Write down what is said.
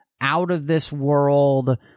out-of-this-world